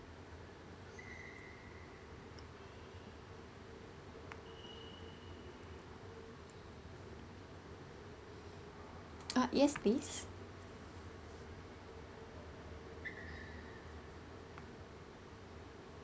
oh yes please